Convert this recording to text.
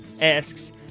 asks